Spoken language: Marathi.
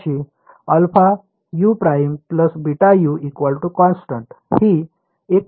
त्याची αU ′ βU कॉन्स्टन्ट ही एकप्रकारची सीमा स्थिती आहे